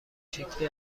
شکلی